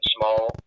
small